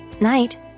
Night